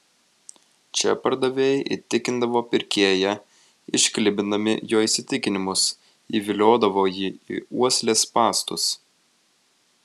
čia pardavėjai įtikindavo pirkėją išklibindami jo įsitikinimus įviliodavo jį į uoslės spąstus